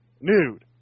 nude